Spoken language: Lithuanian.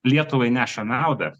lietuvai neša naudą